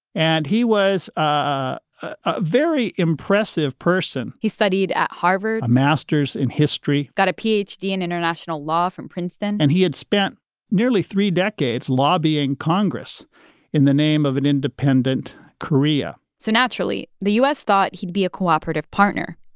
and he was a a very impressive person he studied at harvard a master's in history got a ph d. in international law from princeton and he had spent nearly three decades lobbying congress in the name of an independent korea so naturally the u s. thought he'd be a cooperative partner.